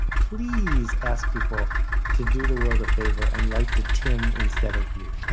please ask people to do the world a favor and write to tim instead of me.